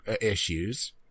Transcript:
issues